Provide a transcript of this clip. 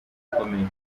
ukomeye